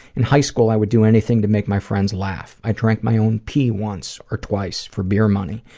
in high school, i would do anything to make my friends laugh. i drank my own pee once or twice for beer money,